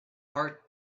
heart